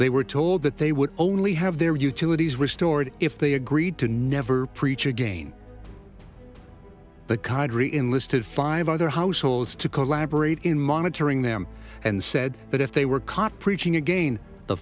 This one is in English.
they were told that they would only have their utilities restored if they agreed to never preach again the qadri enlisted five other households to collaborate in monitoring them and said that if they were caught preaching again the